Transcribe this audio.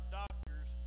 doctors